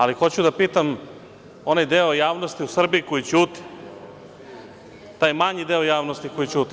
Ali hoću da pitam onaj deo javnosti u Srbiji koji ćuti, taj manji deo javnosti koji ćuti.